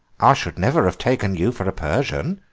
i should never have taken you for a persian,